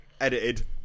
edited